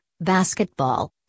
basketball